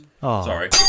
Sorry